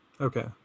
Okay